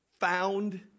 found